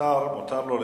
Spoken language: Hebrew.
שר מותר לו לדבר,